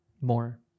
more